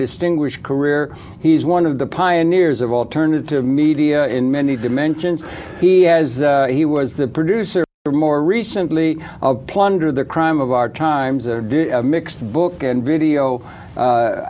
distinguished career he's one of the pioneers of alternative media in many dimensions he has he was the producer for more recently plunder the crime of our times mixed book and video